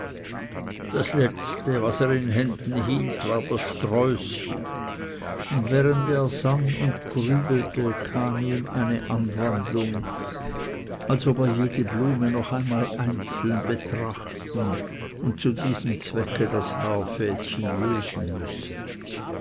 das letzte was er in händen hielt war das sträußchen und während er sann und grübelte kam ihm eine anwandlung als ob er jede blume noch einmal einzeln betrachten und zu diesem zwecke das haarfädchen lösen müsse